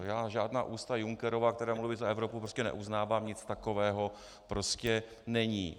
Já žádná ústa Junckerova, která mluví za Evropu, prostě neuznávám, nic takového prostě není.